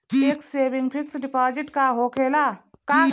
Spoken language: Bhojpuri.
टेक्स सेविंग फिक्स डिपाँजिट का होखे ला?